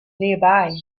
nearby